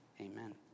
Amen